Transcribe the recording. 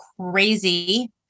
crazy